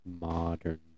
modern